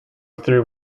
through